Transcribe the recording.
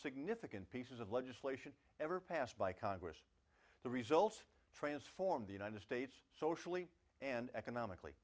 significant pieces of legislation ever passed by congress the result transform the united states socially and economically